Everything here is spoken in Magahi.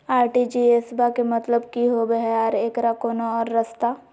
आर.टी.जी.एस बा के मतलब कि होबे हय आ एकर कोनो और रस्ता?